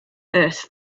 earth